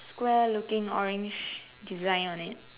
Square looking orange design on it